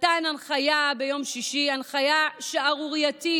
נתן הנחיה ביום שישי, הנחיה שערורייתית,